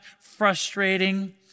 frustrating